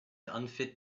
unfit